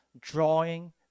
drawing